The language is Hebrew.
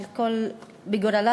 וגם גורלה,